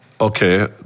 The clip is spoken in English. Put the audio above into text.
Okay